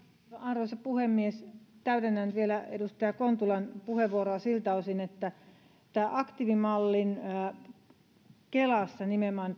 arvoisa puhemies täydennän vielä edustaja kontulan puheenvuoroa siltä osin että aktiivimallin käyttöönotto nimenomaan